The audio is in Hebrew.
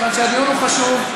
כי הדיון הוא חשוב.